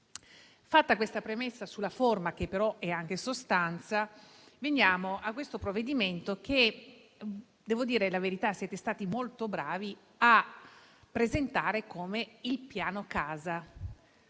Fatta questa premessa sulla forma, che però è anche sostanza, veniamo a questo provvedimento, che - devo dire la verità - siete stati molto bravi a presentare come il piano casa.